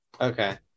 Okay